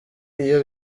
iyo